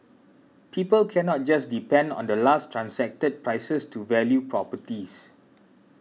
people cannot just depend on the last transacted prices to value properties